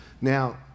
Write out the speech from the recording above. Now